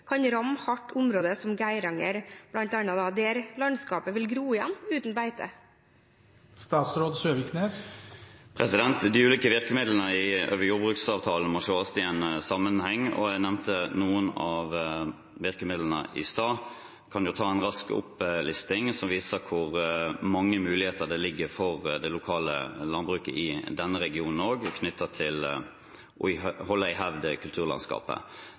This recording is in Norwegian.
kan ramme områder som bl.a. Geiranger hardt, der landskapet vil gro igjen uten beiting? De ulike virkemidlene over jordbruksavtalen må ses i en sammenheng, og jeg nevnte noen av virkemidlene i stad. Jeg kan ta en rask opplisting, som viser hvor mange muligheter det ligger for det lokale landbruket i denne regionen også, knyttet til å holde i hevd kulturlandskapet.